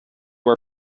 were